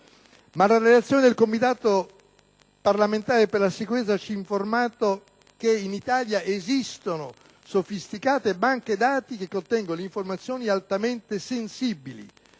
la relazione del Comitato parlamentare per la sicurezza della Repubblica ci ha informato che in Italia esistono sofisticate banche dati che contengono informazioni altamente sensibili.